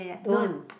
don't want